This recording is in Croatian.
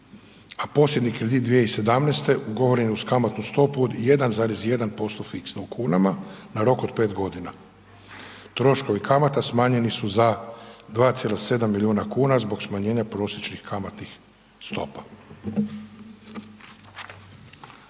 a posljednji kredit 2017. ugovoren je uz kamatnu stopu od 1,1% fiksno u kunama na rok od pet godina. Troškovi kamata smanjeni su za 2,7 milijuna kuna zbog smanjenje prosječnih kamatnih stopa.